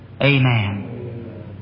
Amen